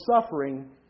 suffering